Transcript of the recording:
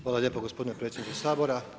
Hvala lijepo gospodine predsjedniče Sabora.